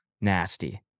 nasty